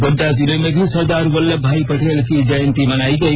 गोड्डा जिले में भी सरदार वल्लभ भाई पटेल की जयंती मनाई गई